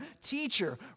Teacher